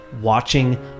watching